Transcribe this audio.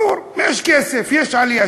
ברור, יש כסף יש עלייה.